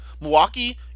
Milwaukee